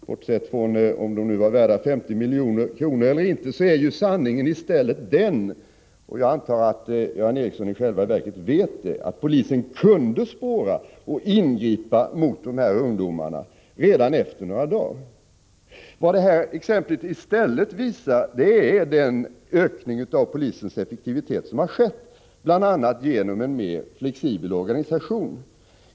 Bortsett från om dessa vagnar var värda 50 miljoner eller inte är ju sanningen i stället den att — jag antar att Göran Ericsson i själva verket känner till det — polisen kunde spåra upp och ingripa mot dessa ungdomar redan efter några dagar. Vad det här exemplet i stället visar är den ökning av polisens effektivitet som har skett genom bl.a. en mer flexibel organisation.